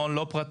מעון לא פרטי,